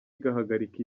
igahagarika